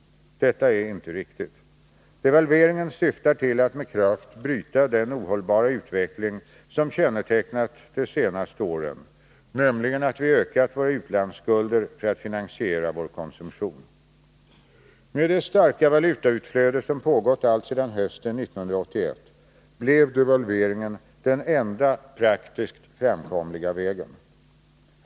Detta är inte riktigt. Devalveringen syftar till att med kraft bryta den ohållbara utveckling som kännetecknat de senaste åren, nämligen att vi ökat våra utlandsskulder för att finansiera vår konsumtion. Med det starka valutautflöde som pågått alltsedan hösten 1981 blev devalveringen den enda praktiskt framkomliga vägen.